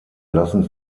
lassen